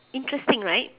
interesting right